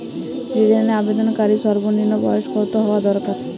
ঋণের আবেদনকারী সর্বনিন্ম বয়স কতো হওয়া দরকার?